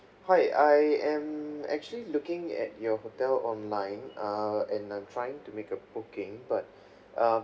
hi I am actually looking at your hotel online uh and I'm trying to make a booking but uh